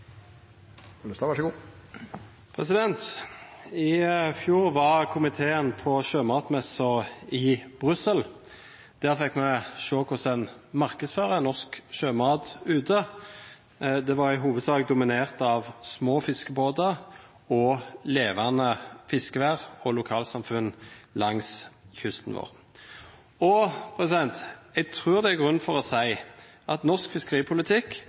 ha et så bredt flertall bak seg som denne innstillingen viser. Det gir forutsigbare rammebetingelser. I fjor var komiteen på sjømatmessen i Brussel. Der fikk vi se hvordan en markedsfører norsk sjømat ute. Markedsføringen var i hovedsak dominert av små fiskebåter og levende fiskevær og lokalsamfunn langs kysten vår, og jeg tror det er grunn til å si at norsk fiskeripolitikk